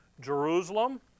Jerusalem